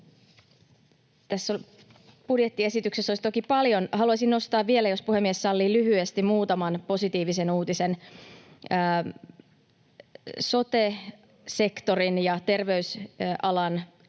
Tässä budjettiesityksessä olisi toki paljon... Haluaisin nostaa vielä, jos puhemies sallii, lyhyesti muutaman positiivisen uutisen: Sote-sektorin ja terveysalan tutkimukseen